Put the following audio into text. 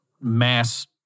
mass